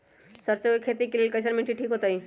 सरसों के खेती के लेल कईसन मिट्टी ठीक हो ताई?